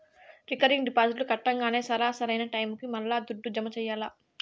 recurring డిపాజిట్లు కట్టంగానే సరా, సరైన టైముకి మల్లా దుడ్డు జమ చెయ్యాల్ల